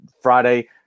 Friday –